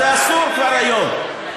זה אסור כבר היום.